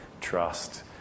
trust